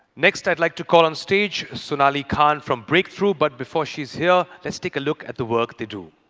next, i'd like to call onstage sonali khan from breakthrough, but before she's here, let's take a look at the work they do.